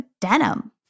denim